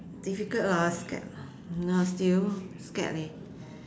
difficult lah scared nah still scared leh